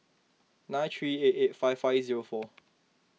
nine three eight eight five five zero four